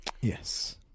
Yes